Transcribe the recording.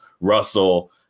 Russell